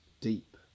deep